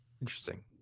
interesting